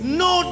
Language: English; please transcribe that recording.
no